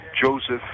Joseph